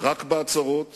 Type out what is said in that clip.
רק בהצהרות